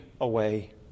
away